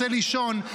רוצה לישון.